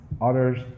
others